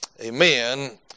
amen